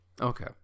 Okay